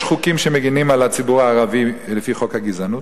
יש חוקים שמגינים על הציבור הערבי לפי חוק הגזענות,